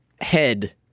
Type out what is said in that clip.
head